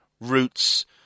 roots